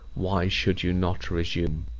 why should you not resume?